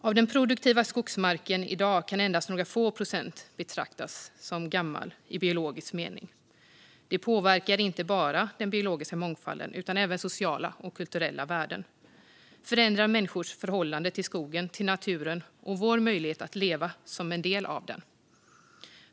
Av den produktiva skogsmarken i dag kan endast några få procent betraktas som gammal i biologisk mening. Det påverkar inte bara den biologiska mångfalden utan även sociala och kulturella värden. Det förändrar människors förhållande till skogen och naturen och vår möjlighet att leva som en del av den.